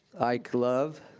ike love.